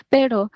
Pero